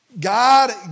God